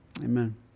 amen